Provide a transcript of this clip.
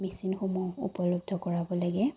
মেচিনসমূহ উপলব্ধ কৰাব লাগে